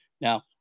Now